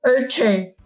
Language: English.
Okay